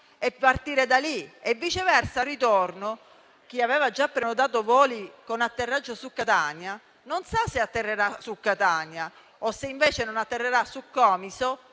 e partire da lì; viceversa, chi aveva già prenotato voli con atterraggio su Catania non sa se atterrerà su Catania o se, invece, atterrerà su Comiso